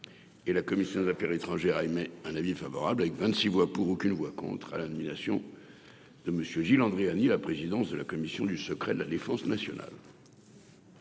et la commission des affaires étrangères un avis favorable- 26 voix pour, aucune voix contre -à la nomination de M. Gilles Andréani à la présidence de la Commission du secret de la défense nationale.